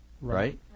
right